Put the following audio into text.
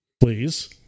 please